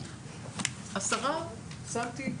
שר הבט"פ,